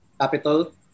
capital